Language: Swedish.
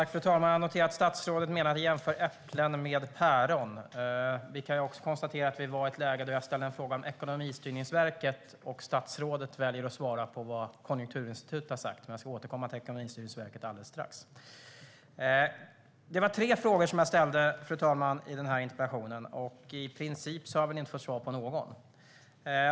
Fru talman! Jag noterar att statsrådet menar att jag jämför äpplen med päron. Vi kan också konstatera att jag ställde en fråga om Ekonomistyrningsverket, och statsrådet väljer att svara på vad Konjunkturinstitutet har sagt. Jag ska återkomma till Ekonomistyrningsverket alldeles strax. Fru talman! Jag ställde tre frågor i interpellationen. I princip har jag inte fått svar på någon.